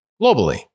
globally